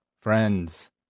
Friends